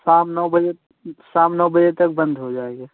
शाम नौ बजे शाम नौ तक बंद हो जाएगा